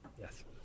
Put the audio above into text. Yes